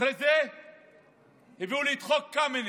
אחרי זה הביאו לי את חוק קמיניץ,